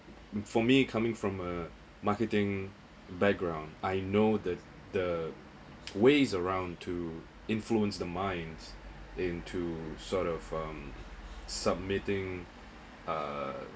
for me coming from uh marketing background I know that the ways around to influence the minds into sort of um submitting uh